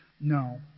No